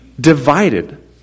divided